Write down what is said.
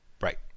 Right